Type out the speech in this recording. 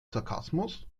sarkasmus